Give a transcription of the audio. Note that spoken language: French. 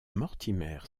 mortimer